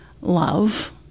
love